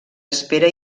espera